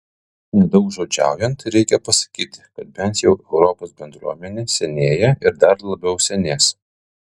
nedaugžodžiaujant reikia pasakyti kad bent jau europos bendruomenė senėja ir dar labiau senės